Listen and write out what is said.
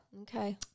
Okay